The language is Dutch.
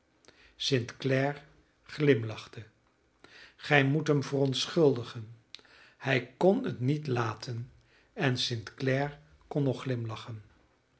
clare glimlachte gij moet hem verontschuldigen hij kon het niet laten en st clare kon nog glimlachen